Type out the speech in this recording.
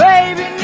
Baby